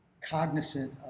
cognizant